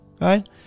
right